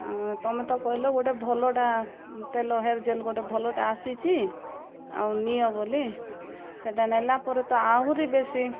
ତୁମେ ତ କହିଲ ଗୋଟେ ଭଲଟା ତେଲ ହେୟାର ଜେଲ ଗୋଟେ ଭଲଟା ଆସିଛି ଆଉ ନିଅ ବୋଲି ସେଟା ନେଲା ପରେ ତ ଆହୁରି ବେଶୀ